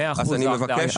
אז אני מבקש.